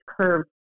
curve